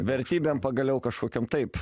vertybėm pagaliau kažkokiom taip